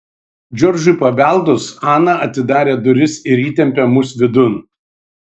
džordžui pabeldus ana atidarė duris ir įtempė mus vidun